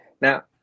now